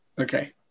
Okay